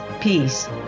peace